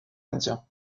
indien